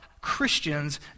Christians